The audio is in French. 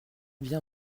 bien